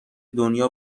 دنیا